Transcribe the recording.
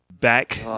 Back